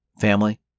family